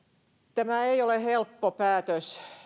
tämä ei ole helppo päätös